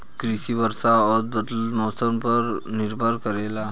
कृषि वर्षा और बदलत मौसम पर निर्भर करेला